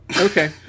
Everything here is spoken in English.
Okay